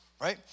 right